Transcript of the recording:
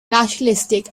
nationalistic